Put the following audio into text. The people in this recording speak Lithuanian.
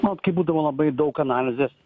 man kai būdavo labai daug analizės